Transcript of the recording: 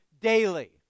daily